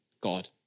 God